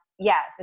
Yes